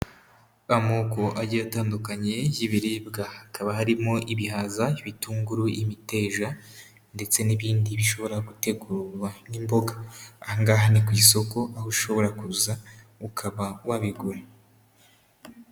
Amoko agiye atandukanye y'ibiribwa, hakaba harimo ibihaza, bitunguru, imiteja ndetse n'ibindi bishobora gutegurwa nk'imboga, aha ngaha ni ku isoko, aho ushobora kuza ukaba wabigura.